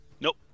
Nope